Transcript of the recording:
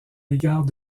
l’égard